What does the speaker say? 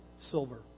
silver